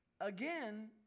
again